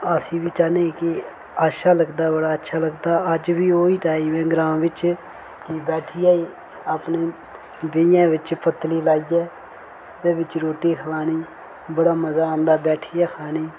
अस बी चाहने कि अच्छा लगदा ऐ बड़ा अच्छा लगदा अज्ज बी ओ ही टाइम ऐ ग्रांऽ बिच कि बैठिए बीहें बिच्च पत्तली लाइयै ओह्दे बिच्च रुट्टी खलानी बड़ा मजा आंदा बैठियै खानी